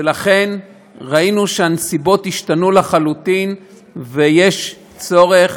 ולכן ראינו שהנסיבות השתנו לחלוטין ויש צורך